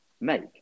make